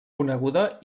coneguda